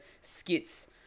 skits